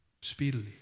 speedily